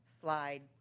slide